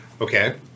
Okay